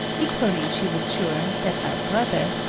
equally she was sure that my brother,